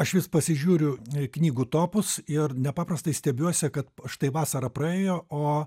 aš vis pasižiūriu knygų topus ir nepaprastai stebiuosi kad štai vasara praėjo o